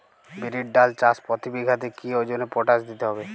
বিরির ডাল চাষ প্রতি বিঘাতে কি ওজনে পটাশ দিতে হবে?